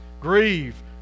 Grieve